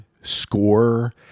score